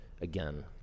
again